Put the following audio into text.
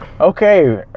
Okay